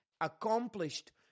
accomplished